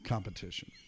Competition